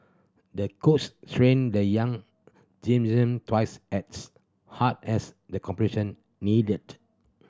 the coach trained the young gymnast twice as hard as the competition neared